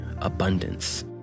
abundance